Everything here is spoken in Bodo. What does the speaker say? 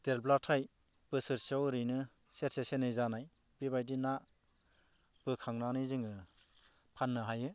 देरब्लाथाय बोसोरसेयाव ओरैनो सेरसे सेरनै जानाय बेबायदि ना बोखांनानै जोङो फाननो हायो